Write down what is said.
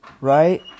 right